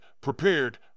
prepared